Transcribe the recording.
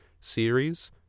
series